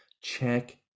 check